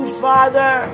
father